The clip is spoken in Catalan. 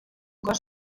cos